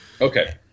Okay